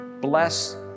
bless